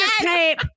tape